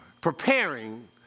preparing